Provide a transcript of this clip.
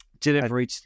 delivery